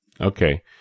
Okay